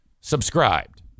subscribed